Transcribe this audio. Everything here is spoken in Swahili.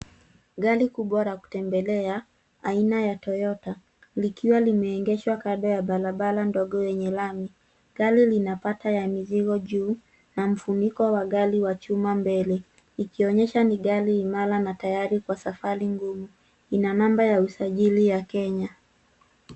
Gari kubwa la kutembelea aina ya Toyota, likiwa limeegeshwa kando ya barabara dogo yenye lami. Gari lina pata ya mizigo juu na mfuniko wa gari wa chuma mbele ikionyesha ni gari imara na tayari kwa safari ngumu. Ina namba ya usajili ya Kenya.